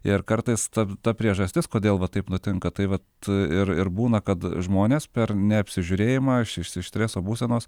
ir kartais ta ta priežastis kodėl va taip nutinka tai vat ir ir būna kad žmonės per neapsižiūrėjimą iš iš iš streso būsenos